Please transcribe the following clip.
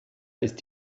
ist